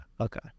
okay